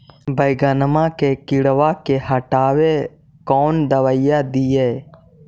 बैगनमा के किड़बा के हटाबे कौन दवाई दीए?